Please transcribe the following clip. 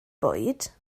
bwyd